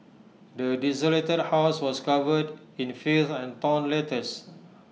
the desolated house was covered in filth and torn letters